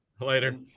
Later